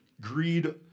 greed